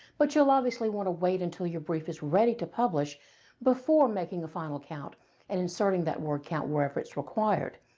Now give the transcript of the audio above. but you'll obviously want to wait until your brief is ready to publish before making a final count and inserting that word count wherever it's required.